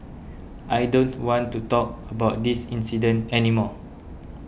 I don't want to talk about this incident any more